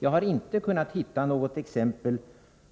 Jag har inte kunnat hitta något exempel